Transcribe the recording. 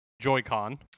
Joy-Con